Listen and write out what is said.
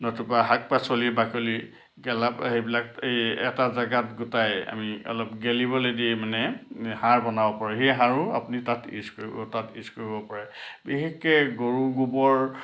নতুবা শাক পাচলিৰ বাকলি গেলা সেইবিলাক এই এটা জেগাত গোটাই আমি অলপ গেলিবলৈ দি মানে সাৰ বনাব পাৰোঁ সেই সাৰো আপুনি তাত ইউজ কৰিব তাত ইউজ কৰিব পাৰে বিশেষকৈ গৰু গোবৰ